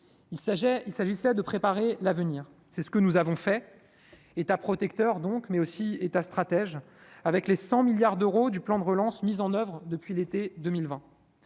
il s'agissait de préparer l'avenir, c'est ce que nous avons fait état protecteur donc, mais aussi État, stratège avec les 100 milliards d'euros du plan de relance mis en oeuvre depuis l'été 2020,